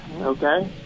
Okay